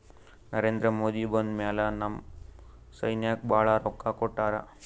ನರೇಂದ್ರ ಮೋದಿ ಬಂದ್ ಮ್ಯಾಲ ನಮ್ ಸೈನ್ಯಾಕ್ ಭಾಳ ರೊಕ್ಕಾ ಕೊಟ್ಟಾರ